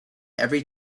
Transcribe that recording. every